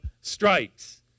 strikes